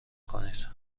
کنید